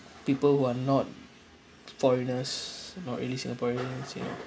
people who are not foreigners not really singaporeans you know